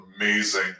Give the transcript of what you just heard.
amazing